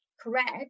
correct